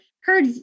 heard